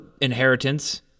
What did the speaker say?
inheritance